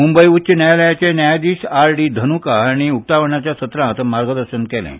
मुंबय उच्च न्यायालयाचे न्यायाधीश आरडी धाडका हांणी उकतावणाच्या सत्रांत मार्गदर्शन केलें